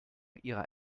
ihrer